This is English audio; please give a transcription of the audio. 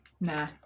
Nah